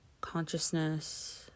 consciousness